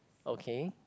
okay